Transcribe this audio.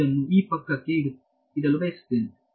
ನಾವು ಇದನ್ನು ಈ ಪದಕ್ಕೆ ಇಲ್ಲಿ ಬದಲಿಸುತ್ತೇವೆ